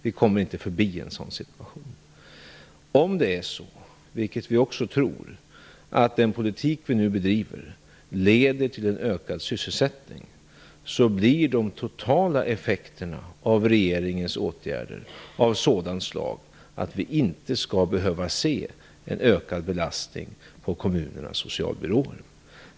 Vi kommer inte förbi en sådan situation. Om det är så, vilket vi också tror, att den politik vi nu bedriver leder till en ökad sysselsättning, blir de totala effekterna av regeringens åtgärder av sådant slag att vi inte skall behöva se en ökad belastning på kommunernas socialbyråer.